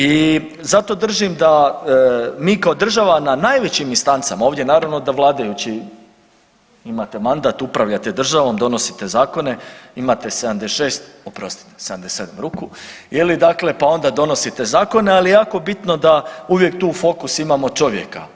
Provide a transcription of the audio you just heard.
I zato držim da mi kao država na najvećim instancama, ovdje naravno da vladajući imate mandat, upravljate državnom, donosite zakone, imate 76 oprostite 77 ruku je li dakle pa onda donosite zakone ali je jako bitno da uvijek tu u fokus imamo čovjeka.